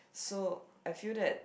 so I feel that